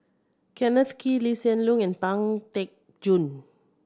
Kenneth Kee Lee Hsien Loong and Pang Teck Joon